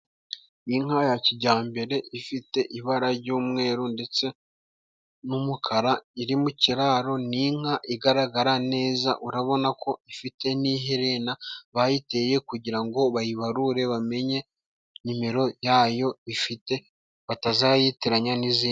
Inka ya kijyambere ifite ibara ry'umweru ndetse n'umukara, iri mu kiraro ni inka igaragara neza urabona ko ifite n'iherena bayiteye kugira ngo bayibarure bamenye nimero yayo ifite batazayitiranya n'izindi.